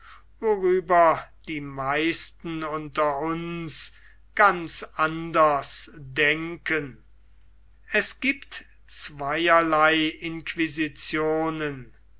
worüber die meisten unter uns ganz anders denken es gibt zweierlei inquisitionen